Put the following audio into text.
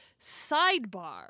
Sidebar